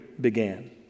began